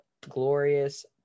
Glorious